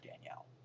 Danielle